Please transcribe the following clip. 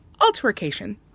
altercation